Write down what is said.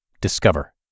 discover